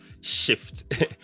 shift